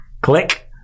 Click